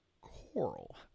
Coral